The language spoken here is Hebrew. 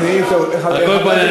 על כל פנים,